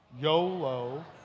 YOLO